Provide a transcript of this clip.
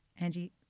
Angie